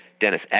Dennis